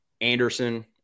Anderson